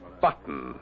button